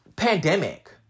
pandemic